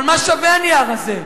אבל מה שווה הנייר הזה?